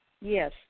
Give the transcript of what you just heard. Yes